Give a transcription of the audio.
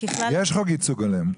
חוק ייצוג הולם.